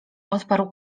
odparł